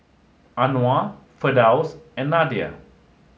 Anuar Firdaus and Nadia